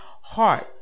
Heart